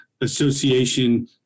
association